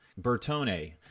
Bertone